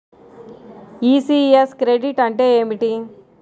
ECS credit అంటే ఏమిటి?